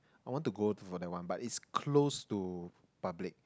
I want to go for that one but is closed to public